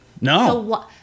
No